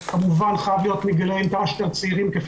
זה כמובן חייב להיות מגילאי -- צעירים כפי